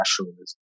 nationalism